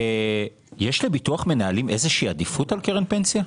יש לביטוח מנהלים איזה שהיא עדיפות על קרן פנסיה?